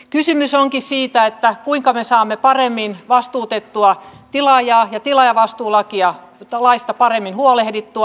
kysymys onkin siitä kuinka me saamme paremmin vastuutettua tilaajaa ja tilaajavastuulaista paremmin huolehdittua